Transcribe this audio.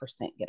get